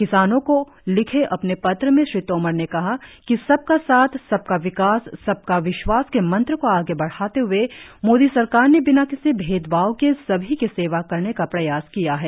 किसानों को लिखे अपने पत्र में श्री तोमर ने कहा कि सबका साथ सबका विकास सबका विश्वास के मंत्र को आगे बढ़ाते हए मोदी सरकार ने बिना किसी भेदभाव के सभी की सेवा करने का प्रयास किया है